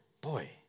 Boy